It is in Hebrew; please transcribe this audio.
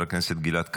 חבר הכנסת גלעד קריב,